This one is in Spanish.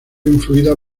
influida